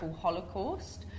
Holocaust